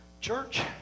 Church